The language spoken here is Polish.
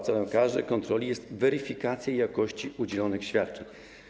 Celem każdej kontroli jest weryfikacja jakości udzielonych świadczeń.